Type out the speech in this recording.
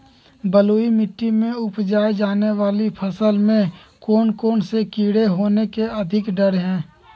बलुई मिट्टी में उपजाय जाने वाली फसल में कौन कौन से कीड़े होने के अधिक डर हैं?